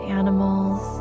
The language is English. animals